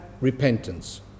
repentance